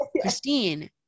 Christine